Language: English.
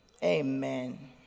Amen